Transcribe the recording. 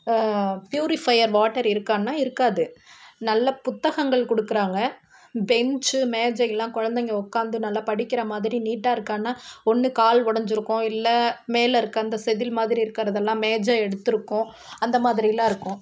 purifier water இருக்கான்னால் இருக்காது நல்ல புத்தகங்கள் கொடுக்கறாங்க பெஞ்சு மேஜையெல்லாம் குழந்தைங்க உக்காந்து நல்லா படிக்கிற மாதிரி நீட்டாக இருக்கான்னால் ஒன்று கால் உடஞ்சிருக்கும் இல்லை மேலே இருக்கற அந்த செதில் மாதிரி இருக்கிறதெல்லாம் மேஜை எடுத்திருக்கும் அந்த மாதிரிலாம் இருக்கும்